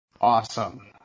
Awesome